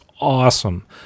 awesome